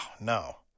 no